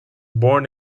born